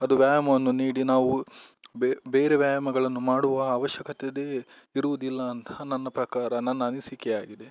ಅದು ವ್ಯಾಯಾಮವನ್ನು ನೀಡಿ ನಾವು ಬೇರೆ ವ್ಯಾಯಾಮಗಳನ್ನು ಮಾಡುವ ಅವಶ್ಯಕತೆನೇ ಇರುವುದಿಲ್ಲ ಅಂತ ನನ್ನ ಪ್ರಕಾರ ನನ್ನ ಅನಿಸಿಕೆಯಾಗಿದೆ